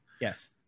Yes